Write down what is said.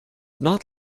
not